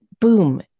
boom